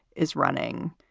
is running.